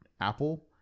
apple